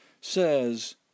says